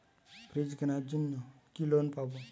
Fridge কেনার জন্য কি লোন পাব?